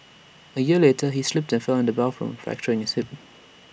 A year later he slipped and fell in the bathroom fracturing his hip